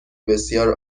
بسیار